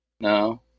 No